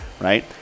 Right